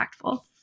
impactful